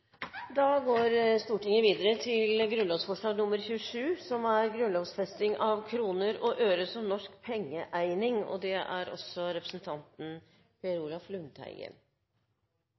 til grunnlovsforslag nr. 26. Grunnlovsforslag 27: Grunnlovfesting av kroner og øre som norsk pengeeining Dette er